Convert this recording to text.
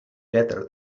better